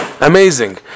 Amazing